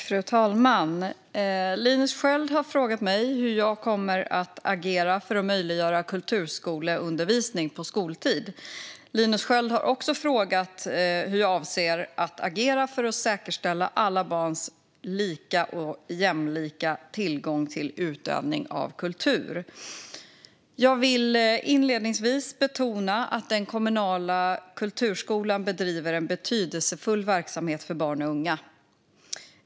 Fru talman! Linus Sköld har frågat mig hur jag kommer att agera för att möjliggöra kulturskoleundervisning på skoltid. Linus Sköld har också frågat hur jag avser att agera för att säkerställa alla barns lika och jämlika tillgång till utövning av kultur. Jag vill inledningsvis betona att den kommunala kulturskolan bedriver en betydelsefull verksamhet för barn och unga.